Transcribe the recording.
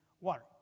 water